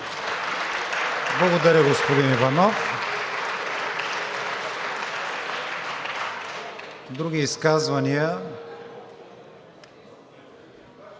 Благодаря, господин Иванов. Други изказвания?